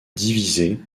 divisés